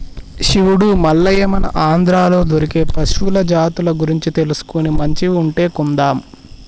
శివుడు మల్లయ్య మన ఆంధ్రాలో దొరికే పశువుల జాతుల గురించి తెలుసుకొని మంచివి ఉంటే కొందాం